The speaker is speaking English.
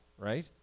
Right